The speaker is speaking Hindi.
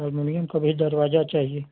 अल्मुनियम का भी दरवाजा चाहिए